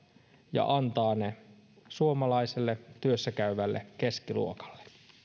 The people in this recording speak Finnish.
ja antaa ne suomalaiselle työssä käyvälle keskiluokalle